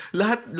lahat